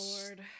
Lord